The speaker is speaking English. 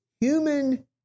human